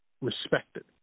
respected